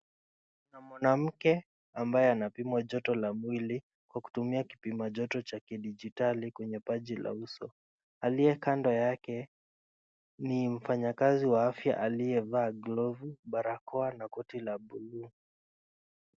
Kuna mwanamke ambayo anapimwa joto la mwili kwa kutumia kipima joto cha kidijitali kwa uso, alie kando yake ni mfanyakazi alie vaa glovu, barakoa na koti la bluu.